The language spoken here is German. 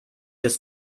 des